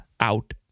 out